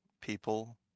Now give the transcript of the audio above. people